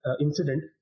incident